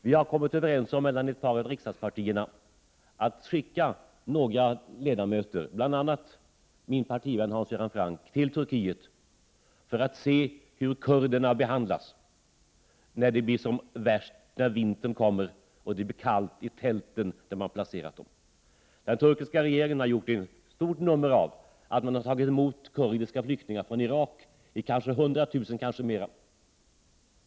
Vi har kommit överens med ett par av riksdagspartierna om att skicka några ledamöter, bl.a. min partivän Hans Göran Franck, till Turkiet för att de skall få se hur kurderna behandlas när förhållandena är som värst, när vintern kommer och det blir kallt i de tält som kurderna har placeratsi. Den turkiska regeringen har gjort ett stort nummer av att man har tagit emot 100 000 kurdiska flyktingar från Irak, kanske flera.